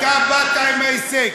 אתה באת עם ההישג: